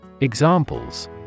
Examples